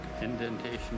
indentation